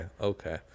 okay